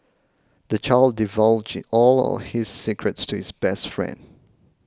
the child divulged all his secrets to his best friend